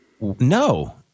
no